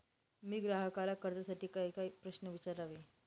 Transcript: मी ग्राहकाला कर्जासाठी कायकाय प्रश्न विचारावे?